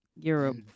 europe